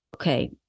okay